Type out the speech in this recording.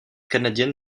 canadienne